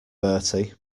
bertie